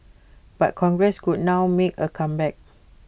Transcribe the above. but congress could now make A comeback